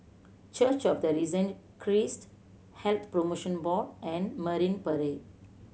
Church of the Risen Christ Health Promotion Board and Marine Parade